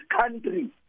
country